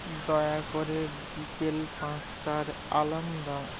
দয়া করে বিকেল পাঁচটার অ্যলার্ম দাও